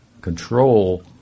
control